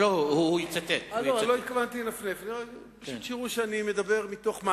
קודם כול, אני לא יודע מה זה קנאות בהיבט